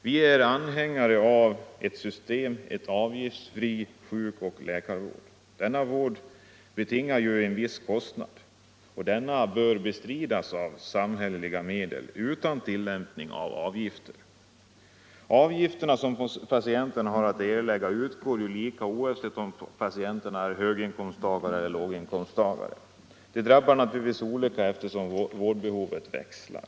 Vi är anhängare av ett system med avgiftsfri sjuk och läkarvård. Vården betingar en viss kostnad, och denna bör bestridas av samhälleliga medel utan tillämpning av avgifter. Avgifterna som patienterna har att erlägga utgår lika oavsett om patienterna är höginkomsttagare eller låginkomsttagare. De drabbar naturligtvis olika allteftersom vårdbehovet växlar.